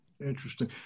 Interesting